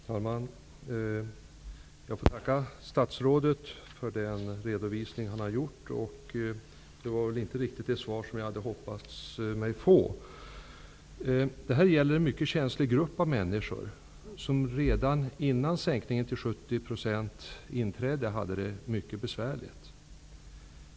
Herr talman! Jag får tacka statsrådet får den redovisning som han har gjort. Detta var väl inte det svar som jag hade hoppats på att få. Det här gäller en mycket känslig grupp av människor som redan före sänkningen till 70 % hade det mycket besvärligt.